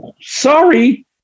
Sorry